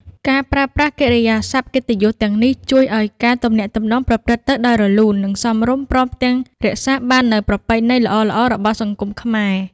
ការប្រើប្រាស់កិរិយាសព្ទកិត្តិយសទាំងនេះ ជួយឱ្យការទំនាក់ទំនងប្រព្រឹត្តទៅដោយរលូន និងសមរម្យ ព្រមទាំងរក្សាបាននូវប្រពៃណីល្អៗរបស់សង្គមខ្មែរ។